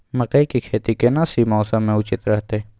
मकई के खेती केना सी मौसम मे उचित रहतय?